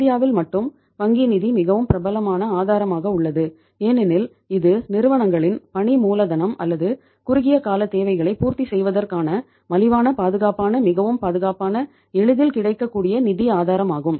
இந்தியாவில் மட்டும் வங்கி நிதி மிகவும் பிரபலமான ஆதாரமாக உள்ளது ஏனெனில் இது நிறுவனங்களின் பணி மூலதனம் அல்லது குறுகிய கால தேவைகளை பூர்த்தி செய்வதற்கான மலிவான பாதுகாப்பான மிகவும் பாதுகாப்பான எளிதில் கிடைக்கக்கூடிய நிதி ஆதாரமாகும்